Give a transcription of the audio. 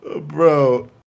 Bro